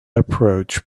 approach